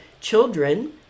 children